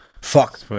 Fuck